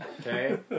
Okay